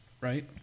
right